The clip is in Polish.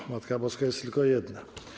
No, Matka Boska jest tylko jedna.